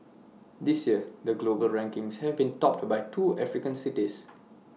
this year the global rankings have been topped by two African cities